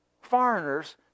foreigners